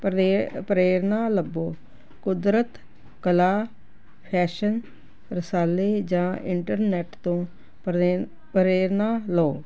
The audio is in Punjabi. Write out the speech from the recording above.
ਪ੍ਰੇ ਪ੍ਰੇਰਨਾ ਲੱਭੋ ਕੁਦਰਤ ਕਲਾ ਫੈਸ਼ਨ ਰਸਾਲੇ ਜਾਂ ਇੰਟਰਨੈੱਟ ਤੋਂ ਪ੍ਰੇ ਪ੍ਰੇਰਨਾ ਲਓ